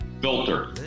Filter